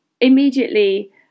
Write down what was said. immediately